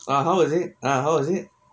how is it like how is it